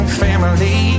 family